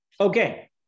Okay